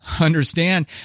understand